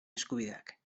eskubideak